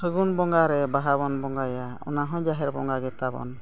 ᱯᱷᱟᱹᱜᱩᱱ ᱵᱚᱸᱜᱟ ᱨᱮ ᱵᱟᱦᱟ ᱵᱚᱱ ᱵᱚᱸᱜᱟᱭᱟ ᱚᱱᱟᱦᱚᱸ ᱡᱟᱦᱮᱨ ᱵᱚᱸᱜᱟ ᱜᱮᱛᱟᱵᱚᱱ